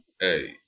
hey